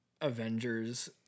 Avengers